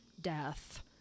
death